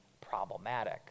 problematic